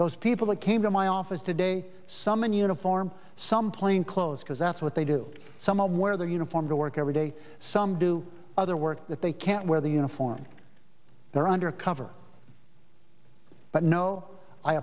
those people that came to my office today some in uniform some plain clothes because that's what they do some of where their uniform to work every day some do other work that they can't wear the uniform they're under cover but no i